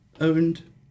owned